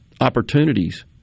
opportunities